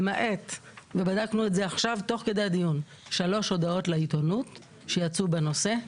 למעט שלוש הודעות לעיתונות שיצאו בנושא.